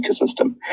ecosystem